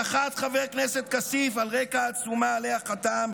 הדחת חבר כנסת כסיף על רקע העצומה שעליה חתם,